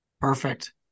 perfect